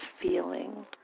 feeling